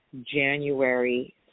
January